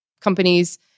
companies